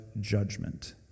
judgment